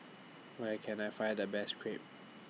Where Can I Find The Best Crepe